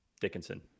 Dickinson